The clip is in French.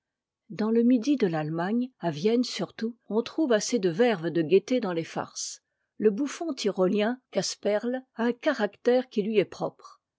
dans le midi de l'allemagne à vienne surtout on trouve assez de verve de gaieté dans les farces le bouffon tyrolien casperle a un caractère qui lui est propre